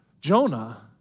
Jonah